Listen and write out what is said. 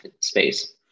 space